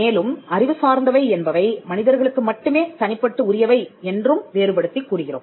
மேலும் அறிவு சார்ந்தவை என்பவை மனிதர்களுக்கு மட்டுமே தனிப்பட்டு உரியவை என்றும் வேறுபடுத்திக் கூறுகிறோம்